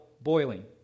boiling